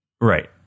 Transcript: Right